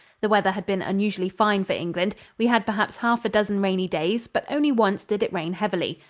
the weather had been unusually fine for england we had perhaps half a dozen rainy days, but only once did it rain heavily.